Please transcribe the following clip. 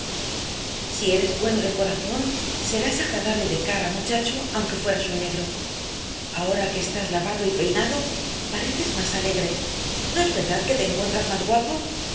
si eres bueno de corazón serás agradable de cara muchacho aunque fueras un negro ahora que estás lavado y peinado y pareces más alegre no es verdad que te encuentras más guapo